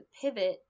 pivot